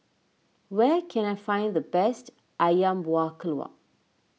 where can I find the best Ayam Buah Keluak